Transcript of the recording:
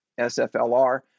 SFLR